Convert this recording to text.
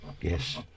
Yes